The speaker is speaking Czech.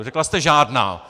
Řekla jste žádná!